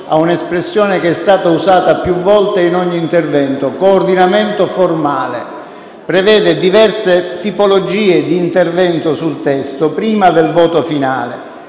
a un'espressione che è stata usata più volte in ogni intervento: «coordinamento formale». Esso prevede diverse tipologie di intervento sul testo prima del voto finale: